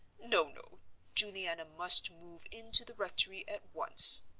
no, no juliana must move into the rectory at once.